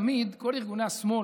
תגיד לנו מה אמרת.